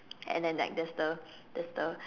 and then like there's the there's the